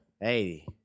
Hey